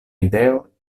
ideo